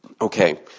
Okay